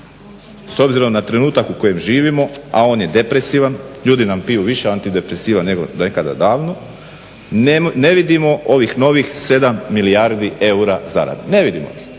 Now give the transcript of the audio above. s obzirom na trenutak u kojem živimo a on je depresivan, ljudi nam piju više antidepresivan nego nekada davno, ne vidimo ovih novih 7 milijardi eura zarade. Ne vidimo